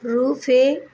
RuPay